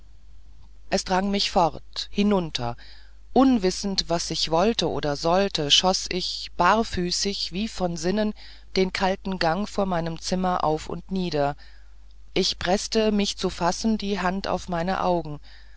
es drang mich fort hinunter unwissend was ich wollte oder sollte schoß ich barfüßig wie von sinnen den kalten gang vor meinem zimmer auf und nieder ich preßte mich zu fassen die hand auf meine augen